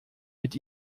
mit